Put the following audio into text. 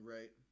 Right